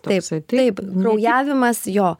taip taip kraujavimas jo